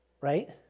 right